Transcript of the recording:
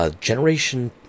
Generation